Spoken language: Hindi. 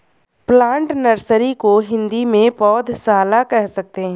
प्लांट नर्सरी को हिंदी में पौधशाला कह सकते हैं